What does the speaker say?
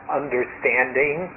understanding